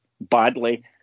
badly